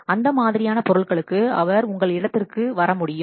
அந்த மாதிரியான பொருட்களுக்கு அவர் உங்கள் இடத்திற்கு வர முடியும்